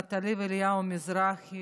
נטלי ואליהו מזרחי,